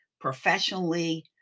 professionally